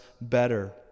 better